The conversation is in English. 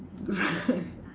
right